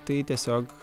tai tiesiog